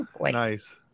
Nice